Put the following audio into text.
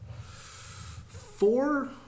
Four